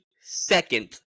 second